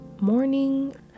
morning